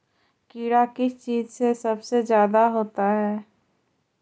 कीड़ा किस चीज से सबसे ज्यादा होता है?